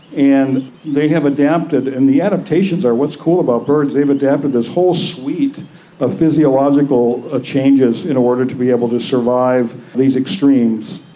and they have adapted, and the adaptations are what's cool about birds, they've adapted this whole suite of physiological ah changes in order to be able to survive these extremes,